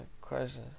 question